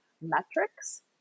metrics